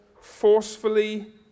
forcefully